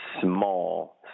small